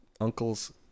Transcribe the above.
uncle's